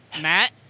Matt